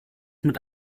mit